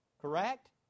Correct